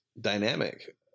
dynamic